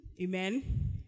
Amen